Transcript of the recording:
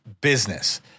business